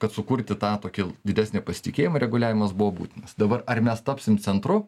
kad sukurti tą tokį didesnį pasitikėjimą reguliavimas buvo būtinas dabar ar mes tapsim centru